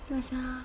ya sia